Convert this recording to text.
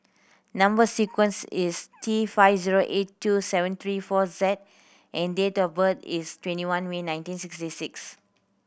number sequence is T five zero eight two seven three four Z and date of birth is twenty one May nineteen sixty six